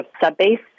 sub-base